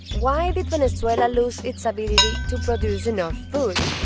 why did venezuela lose its ability to produce enough food?